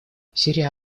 сирия